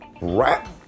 rap